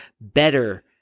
better